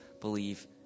believe